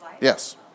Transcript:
Yes